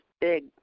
big